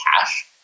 cash